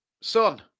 Son